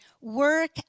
work